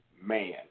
man